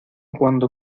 cuando